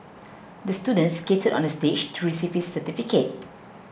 the student skated onto the stage to receive his certificate